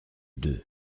deux